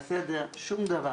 מה שאנחנו רואים כאן.